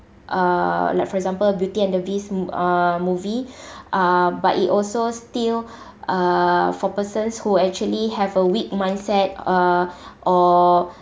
uh like for example beauty and the beast mo~ uh movie uh but it also still uh for persons who actually have a weak mindset uh or